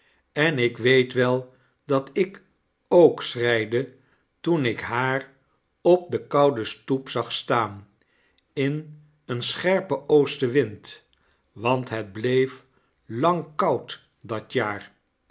en ik weet wel dat ik ook schreide toen ik haar op de koude i toep zag staan in een scherpen oostenwind pwant het bleef lang koud dat jaar